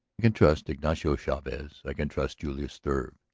can trust ignacio chavez i can trust julius struve.